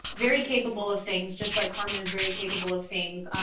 very capable of things, just like carmen is very capable of things.